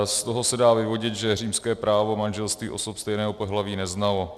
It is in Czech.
Z toho se dá vyvodit, že římské právo manželství osob stejného pohlaví neznalo.